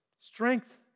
Strength